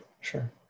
sure